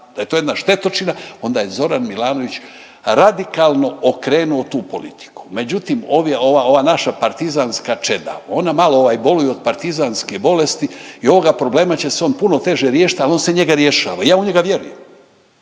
da je to jedna štetočina, onda je Zoran Milanović radikalno okrenuo tu politiku. Međutim, ova naša partizanska čeda ona malo boluju od partizanske bolesti i ovoga problema će se on puno teže riješiti, ali on se njega rješava i ja u njega vjerujem.